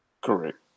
Correct